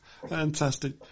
Fantastic